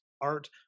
art